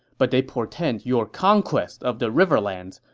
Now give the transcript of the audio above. but they portend your conquest of the riverlands,